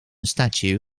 statue